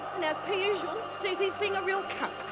and as per usual, suzy's being a real cunt.